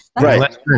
Right